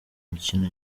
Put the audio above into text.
mikino